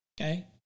okay